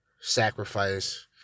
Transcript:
sacrifice